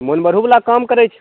मोन बरहु बला काम करै छै